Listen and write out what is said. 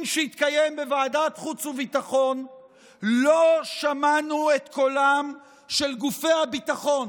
שהתקיים בוועדת חוץ וביטחון לא שמענו את קולם של גופי הביטחון,